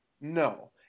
No